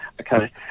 Okay